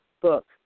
book